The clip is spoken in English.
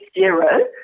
zero